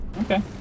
Okay